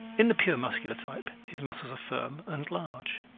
in the pure muscular type his muscles are firm and large.